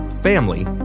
family